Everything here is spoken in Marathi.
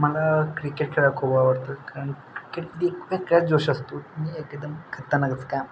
मला क्रिकेट खेळायला खूप आवडतं कारण क्रिकेट एक वेगळाच जोश असतो म्हणजे एकदम खतरनाकच काम